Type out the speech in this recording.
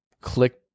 click